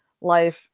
life